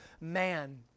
man